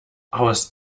aus